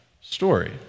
story